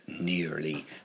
Nearly